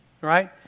right